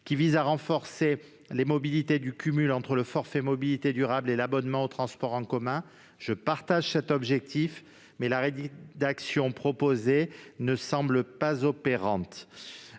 visent à renforcer les possibilités de cumul entre le forfait mobilités durables et l'abonnement aux transports en commun. Je partage cette préoccupation, mais la solution proposée ne semble pas opérante,